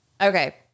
Okay